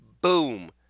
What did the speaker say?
boom